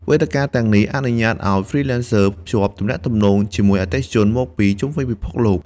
វេទិកាទាំងនេះអនុញ្ញាតឱ្យ Freelancers ភ្ជាប់ទំនាក់ទំនងជាមួយអតិថិជនមកពីជុំវិញពិភពលោក។